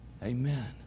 Amen